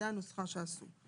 זו הנוסחה שקבעו.